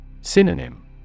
Synonym